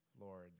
Lord